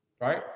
Right